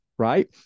right